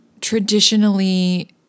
traditionally